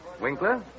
Winkler